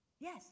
Yes